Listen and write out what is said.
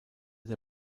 der